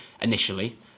initially